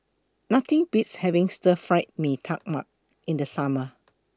Nothing Beats having Stir Fried Mee Tai Mak in The Summer